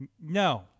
No